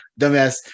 dumbass